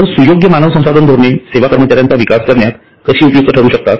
तर सुयोग्य मानव संसाधन धोरणे सेवा कर्मचार्यांचा विकास करण्यात कशी उपयुक्त ठरू शकतात